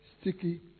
sticky